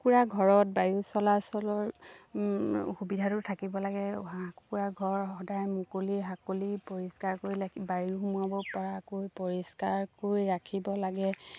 কুকুৰা ঘৰত বায়ু চলাচলৰ সুবিধাটো থাকিব লাগে হাঁহ কুকুৰা ঘৰ সদায় মুকলি হাকলি পৰিষ্কাৰ কৰি ৰাখি বায়ু সোমোৱাব পৰাকৈ পৰিষ্কাৰকৈ ৰাখিব লাগে